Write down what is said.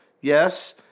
yes